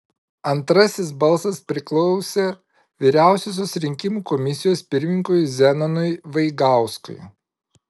antrasis balsas priklausė vyriausiosios rinkimų komisijos pirmininkui zenonui vaigauskui